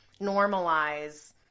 normalize